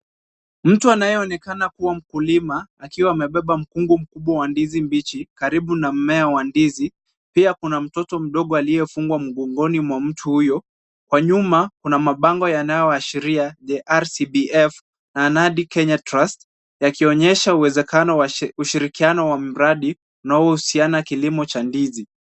Mtu anayeonekana kuwa mkulima akiwa amebeba mkungu mkubwa wa ndizi mbichi karibu na mmea wa ndizi. Pia kuna mtoto mdogo aliyefungwa mgongoni mwa mtu huyo. Kwa nyuma, kuna mabango yanayo ashiria the RCBF na Anadi Kenya Trust yakionyesha uwezekano wa ushirikiano wa mradi unaohusiana na kilimo cha ndizi.